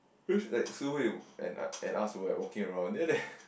then like and Shui-Hui and us were like walking around then after that